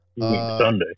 Sunday